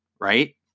right